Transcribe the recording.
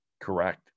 Correct